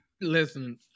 Listen